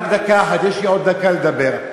רק דקה אחת, יש לי עוד דקה לדבר.